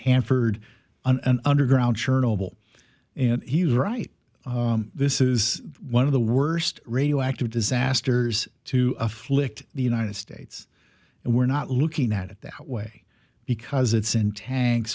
hanford and underground sure noble and he was right this is one of the worst radioactive disasters to afflict the united states and we're not looking at it that way because it's in tanks